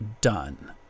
done